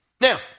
Now